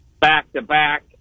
back-to-back